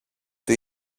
του